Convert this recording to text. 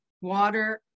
water